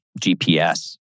GPS